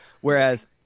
Whereas